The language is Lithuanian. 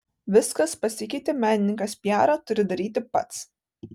viskas pasikeitė menininkas piarą turi daryti pats